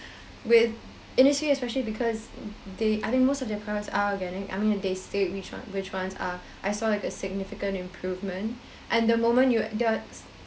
with innisfree especially because they I think most of their products are getting I mean they state which one which ones are I saw like a significant improvement and the moment you don't